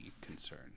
concern